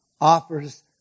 offers